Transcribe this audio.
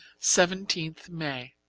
seventeenth may